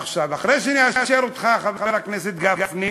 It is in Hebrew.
עכשיו, אחרי שנאשר אותך, חבר הכנסת גפני,